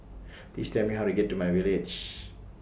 Please Tell Me How to get to MyVillage